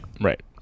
right